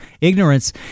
ignorance